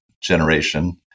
generation